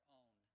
own